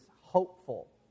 hopeful